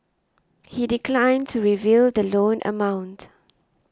he declined to reveal the loan amount